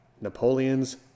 Napoleon's